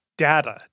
data